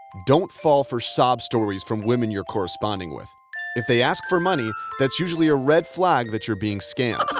don't fall for sob stories from women you're corresponding with if they ask for money, that's usually a red flag that you're being scammed.